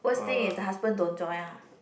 worst thing is the husband don't join ah